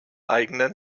eigenen